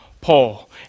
Paul